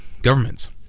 governments